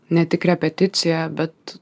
ne tik repeticija bet